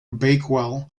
bakewell